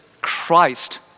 Christ